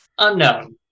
Unknown